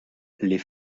les